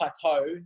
plateau